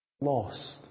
lost